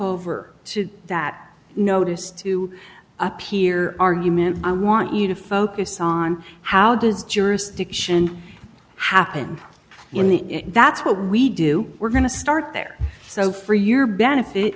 over to that notice to appear argument i want you to focus on how does jurisdiction happen in the that's what we do we're going to start there so for your benefit